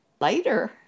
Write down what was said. later